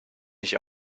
nicht